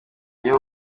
iyo